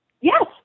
Yes